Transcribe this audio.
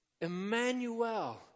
Emmanuel